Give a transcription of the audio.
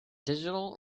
digital